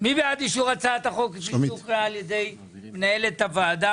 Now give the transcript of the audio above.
מי בעד אישור הצעת החור כפי שהוקראה על ידי היועצת המשפטית,